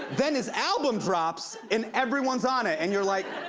then his album drops, and everyone's on it, and you're like,